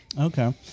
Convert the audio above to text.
Okay